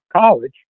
college